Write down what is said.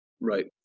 Right